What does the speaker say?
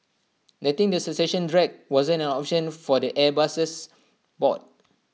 letting the succession drag wasn't an option for the Airbus's board